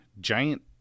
giant